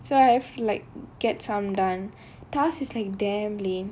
so I have like get some done task is like damn lame